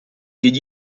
did